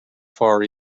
far